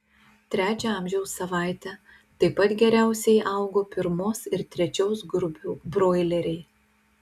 trečią amžiaus savaitę taip pat geriausiai augo pirmos ir trečios grupių broileriai